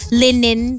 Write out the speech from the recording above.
linen